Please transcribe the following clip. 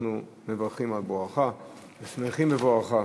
אנחנו מברכים על בואך ושמחים בבואך.